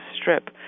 strip